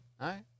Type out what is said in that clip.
right